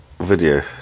video